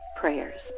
prayers